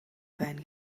байна